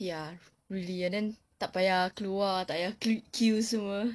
ya really and then tak payah keluar tak payah qu~ queue semua